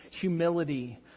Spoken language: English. humility